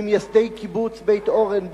ממייסדי קיבוץ בית-אורן,